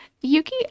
Yuki